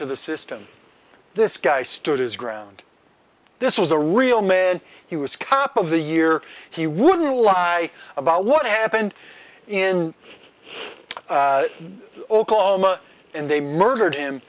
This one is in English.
to the system this guy stood his ground this was a real man he was cap of the year he wouldn't lie about what happened in oklahoma and they murdered him